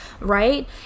right